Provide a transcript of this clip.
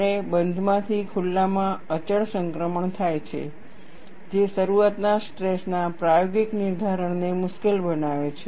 અને બંધમાંથી ખુલ્લામાં અચળ સંક્રમણ થાય છે જે શરૂઆતના સ્ટ્રેસ ના પ્રાયોગિક નિર્ધારણને મુશ્કેલ બનાવે છે